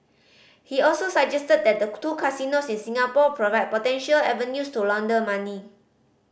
he also suggested that the two casinos in Singapore provide potential avenues to launder money